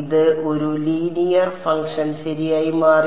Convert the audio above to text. ഇത് ഒരു linear function ശരിയായി മാറി